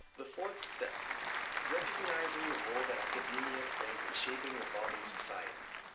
the fourth step recognizing the role that academia plays in shaping evolving societies.